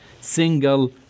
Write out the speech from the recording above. single